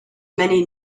many